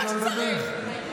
תני לו לדבר.